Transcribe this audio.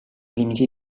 limiti